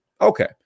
okay